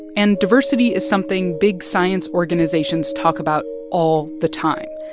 and diversity is something big science organizations talk about all the time.